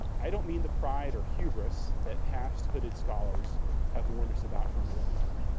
i don't mean the pride or hubris that past hooded scholars have orders about for millennia.